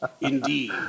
Indeed